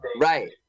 Right